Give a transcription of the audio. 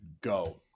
go